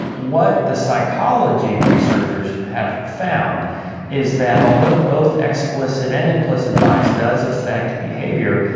what the psychology researchers have found is that although both explicit and implicit bias does affect behaviour,